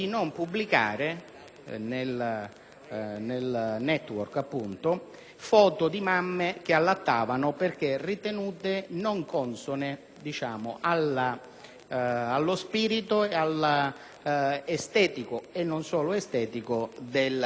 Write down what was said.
non pubblicare foto di mamme che allattavano perché ritenute non consone allo spirito estetico e non solo estetico del sito stesso.